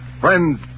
friends